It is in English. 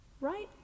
right